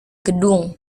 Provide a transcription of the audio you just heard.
gedung